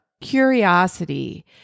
curiosity